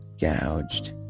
gouged